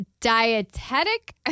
Dietetic